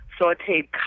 sauteed